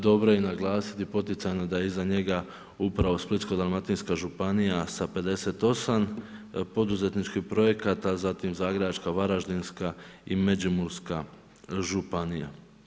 Dobro je i naglasiti poticajno da je iza njega upravo Splitsko-dalmatinska županija sa 58 poduzetničkih projekata, zatim Zagrebačka, Varaždinska i Međimurska županija.